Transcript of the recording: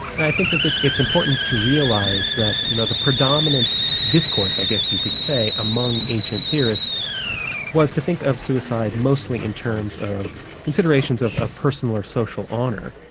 and i think that that it's important to realise that you know the predominant discourse i guess you could say, among ancient theorists was to think of suicide mostly in terms of considerations of of personal or social honour.